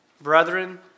Brethren